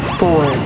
four